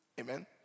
Amen